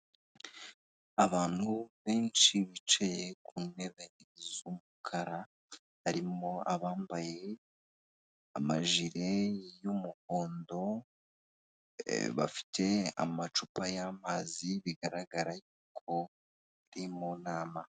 Abantu benshi bicaye ku ntebe z'umukara harimo abambaye amajire y'umuhondo, bafite amacupa y'amazi bigaragara ko bari mu nama.